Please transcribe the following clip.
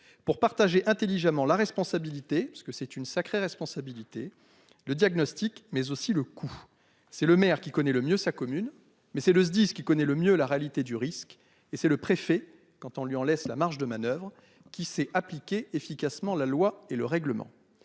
pour partager intelligemment la responsabilité parce que c'est une sacrée responsabilité. Le diagnostic mais aussi le coût c'est le maire qui connaît le mieux sa commune mais c'est le SDIS qui connaît le mieux la réalité du risque et c'est le préfet. Quand on lui en laisse la marge de manoeuvre qui s'est appliquée efficacement la loi et le règlement.